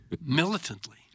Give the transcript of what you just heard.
Militantly